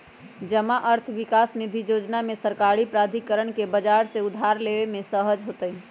जमा अर्थ विकास निधि जोजना में सरकारी प्राधिकरण के बजार से उधार लेबे में सहज होतइ